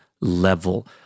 level